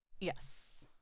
Yes